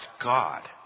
God